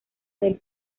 del